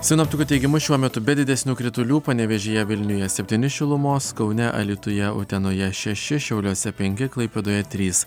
sinoptikų teigimu šiuo metu be didesnių kritulių panevėžyje vilniuje septyni šilumos kaune alytuje utenoje šeši šiauliuose penki klaipėdoje trys